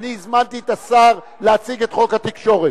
אני הזמנתי את השר להציג את חוק התקשורת.